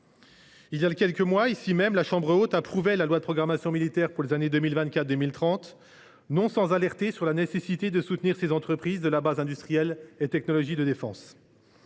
Voilà quelques mois, la chambre haute approuvait la loi de programmation militaire pour les années 2024 à 2030, non sans alerter sur la nécessité de soutenir les entreprises de la base industrielle et technologique de défense.